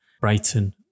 Brighton